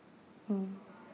mm